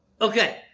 Okay